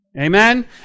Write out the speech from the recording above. Amen